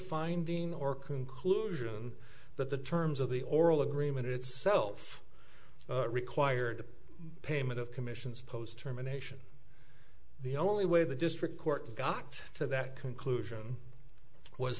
finding or conclusion that the terms of the oral agreement itself required payment of commissions post terminations the only way the district court got to that conclusion was